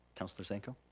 councilor zanko?